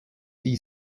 die